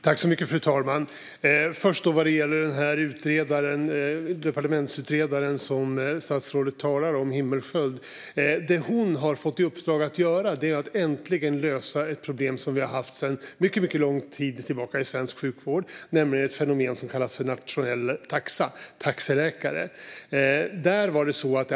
Fru talman! Det som den departementsutredare som statsrådet talar om, Himmelsköld, har fått i uppdrag att göra är att äntligen lösa ett problem som vi haft sedan mycket lång tid tillbaka i svensk sjukvård, nämligen ett fenomen som kallas nationell taxa, taxeläkare.